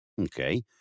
Okay